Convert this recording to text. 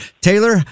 Taylor